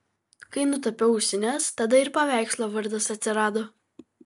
kai nutapiau ausines tada ir paveikslo vardas atsirado